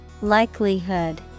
Likelihood